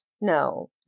No